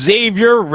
Xavier